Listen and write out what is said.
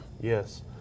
Yes